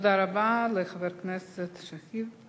תודה רבה לחבר הכנסת שכיב.